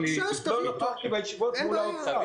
שהשתתף בישיבות מול האוצר,